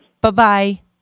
Bye-bye